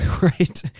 Right